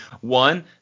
one